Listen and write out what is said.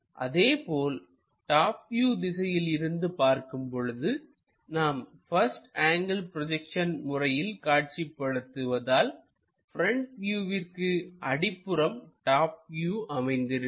அதேபோல் top view திசையில் இருந்து பார்க்கும் பொழுதுநாம் பஸ்ட் ஆங்கிள் ப்ரொஜெக்ஷன் முறையில் காட்சிப்படுத்துவதால்ப்ரெண்ட் வியூவிற்கு அடிப்புறம் டாப் வியூ அமைந்திருக்கும்